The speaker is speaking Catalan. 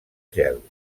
gel